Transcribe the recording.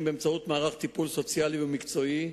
באמצעות מערך טיפול סוציאלי ומקצועי,